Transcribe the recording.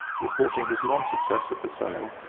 reporting his non-success at the sale,